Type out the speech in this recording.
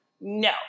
No